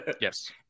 Yes